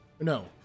No